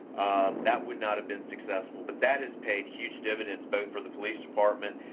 that would not have been successful. but that has paid huge dividends both for the police department,